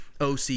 OC